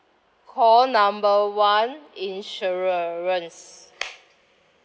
call number one insurance